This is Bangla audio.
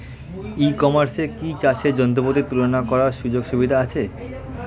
ই কমার্সে কি চাষের যন্ত্রপাতি তুলনা করার সুযোগ সুবিধা আছে?